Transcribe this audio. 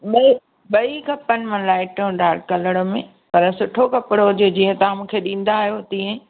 ॿई ॿई खपनि लाइट अऊं डार्क कलर में पर सुठो कपिड़ो हुजे जीअं तव्हां मूंखे ॾींदा आहियो तीअं ई